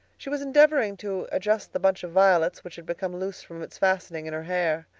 she was endeavoring to adjust the bunch of violets which had become loose from its fastening in her hair.